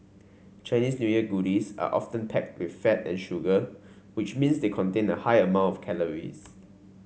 Chinese New Year goodies are often packed with fat and sugar which means they contain a high amount of calories